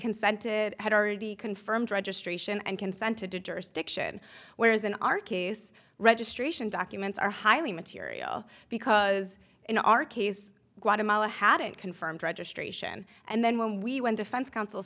consented had already confirmed registration and consented to jurisdiction whereas in our case registration documents are highly material because in our case guatemala had it confirmed registration and then when we when defense counsel